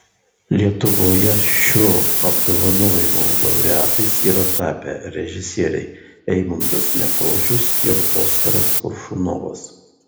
lietuvoje šio apdovanojimo laureatais yra tapę režisieriai eimuntas nekrošius ir oskaras koršunovas